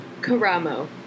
Caramo